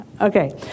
Okay